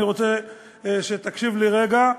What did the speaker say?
אני רוצה שתקשיב לי רגע,